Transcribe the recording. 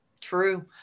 True